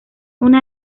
una